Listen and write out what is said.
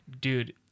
dude